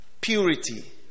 purity